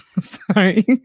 Sorry